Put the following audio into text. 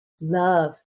love